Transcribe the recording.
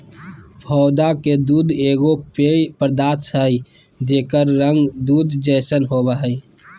पौधा के दूध एगो पेय पदार्थ हइ जेकर रंग दूध जैसन होबो हइ